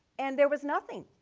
and there was nothing.